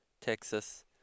Texas